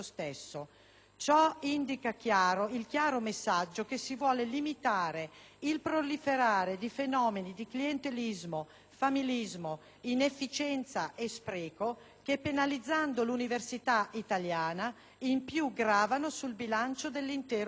Ciò indica il chiaro messaggio che si vuole limitare il proliferare di fenomeni di clientelismo, familismo, inefficienza e spreco che, penalizzando l'università italiana, in più gravano sul bilancio dell'intero Paese.